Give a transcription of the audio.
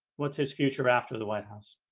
what's his future after the white house?